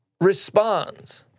responds